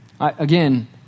Again